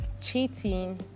cheating